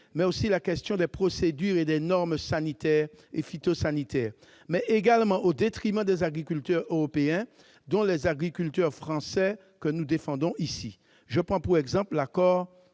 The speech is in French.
mais aussi les procédures et les normes sanitaires et phytosanitaires, au détriment des agriculteurs européens, dont les agriculteurs français que nous défendons ici. Je prends pour exemple l'accord